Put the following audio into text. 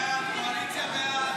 18 נתקבלו.